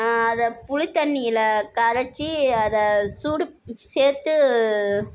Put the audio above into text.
அதை புளித்தண்ணியில் கரைச்சி அதை சூடு சேர்த்து